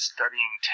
Studying